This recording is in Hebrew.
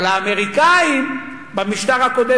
אבל האמריקנים במשטר הקודם,